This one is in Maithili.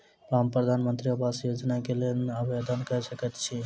हम प्रधानमंत्री आवास योजना केँ लेल आवेदन कऽ सकैत छी?